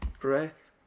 breath